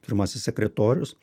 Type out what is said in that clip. pirmasis sekretorius